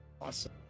Awesome